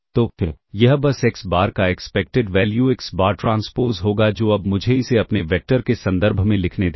तो यह बस एक्स बार का expected value X bar transpose होगा जो अब मुझे इसे अपने वेक्टर के संदर्भ में लिखने दें